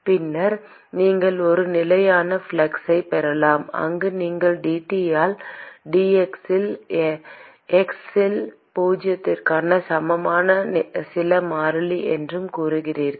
பின்னர் நீங்கள் ஒரு நிலையான ஃப்ளக்ஸைப் பெறலாம் அங்கு நீங்கள் dT ஆல் dx இல் x இல் பூஜ்ஜியத்திற்குச் சமமான சில மாறிலி என்று கூறுகிறீர்கள்